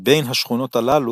מבין השכונות הללו,